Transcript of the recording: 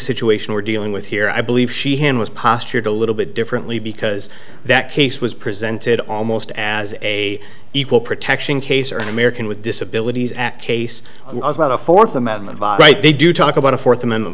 situation we're dealing with here i believe she handles postured a little bit differently because that case was presented almost as a equal protection case or an american with disabilities act case about a fourth amendment right they do talk about a fourth amendment